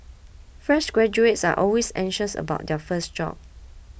fresh graduates are always anxious about their first job